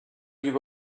you